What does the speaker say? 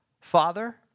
Father